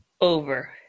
Over